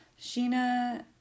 Sheena